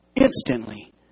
instantly